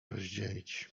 rozdzielić